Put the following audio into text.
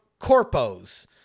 corpos